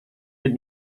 wird